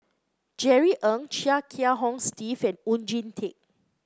Jerry Ng Chia Kiah Hong Steve and Oon Jin Teik